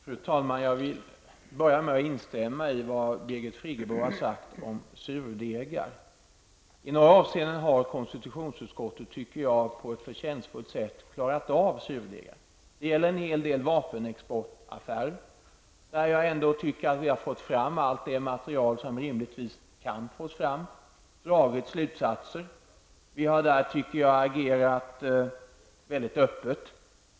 Fru talman! Jag vill börja med att instämma i vad Birgit Friggebo sagt om surdegar. I det avseendet har konstitutionsutskottet på ett förtjänstfullt sätt klarat upp frågorna tycker jag. När det gäller vapenexportaffärer, där vi ändå fått fram allt det material man rimligtvis kan få fram, har vi dragit slutsatser. De har, tycker jag, agerat väldigt öppet.